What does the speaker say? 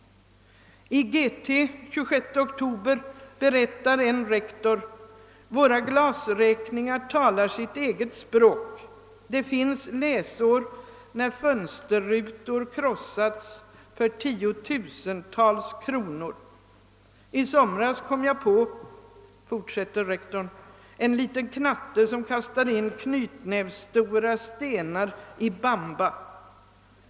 I GT av den 26 oktober berättar en rektor: »Våra glasräkningar talar sitt eget språk. Det finns läsår när fönsterrutor krossats för tiotusentals kronor. ——— I somras kom jag på en liten knatte som kastade in knytnävsstora stenar i bamba.